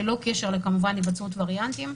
ללא קשר כמובן להיווצרות וריאנטים,